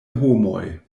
homoj